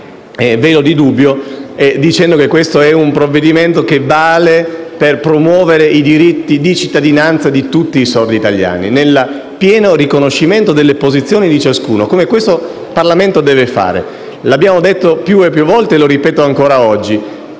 velo di dubbio dicendo che il disegno di legge in discussione vale per promuovere i diritti di cittadinanza di tutti i sordi italiani, nel pieno riconoscimento delle posizioni di ciascuno, come questo Parlamento deve fare. L'abbiamo detto più e più volte e lo ripeto ancora oggi: